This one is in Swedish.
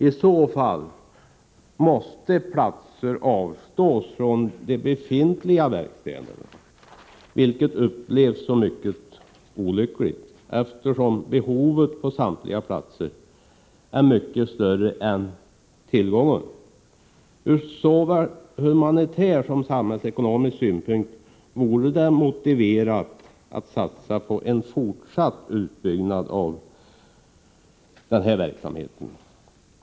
I så fall måste platser avstås från de befintliga verkstäderna, vilket upplevs som mycket olyckligt, eftersom behovet på samtliga platser är mycket större | än tillgången. Ur såväl humanitär som samhällsekonomisk synpunkt vore det motiverat att satsa på en fortsatt utbyggnad av den skyddade verksamheten.